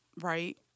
Right